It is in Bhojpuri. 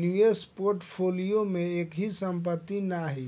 निवेश पोर्टफोलियो में एकही संपत्ति नाही